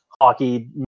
hockey